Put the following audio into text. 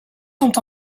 sont